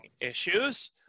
issues